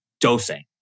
dosing